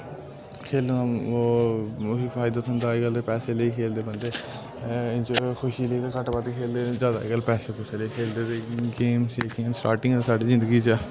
खेलने दा ओह् उस्सी फायदा थोह्ंदा अजकल्ल ते पैसे लेई खेलदे बंदे खुशी लेई घट्ट बद्ध खेलदे जैदा अजकल्ल पैसे पुसे लेई खेलदे ते केई स्टार्टिंग च साढ़ी जिंदगी च